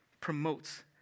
promotes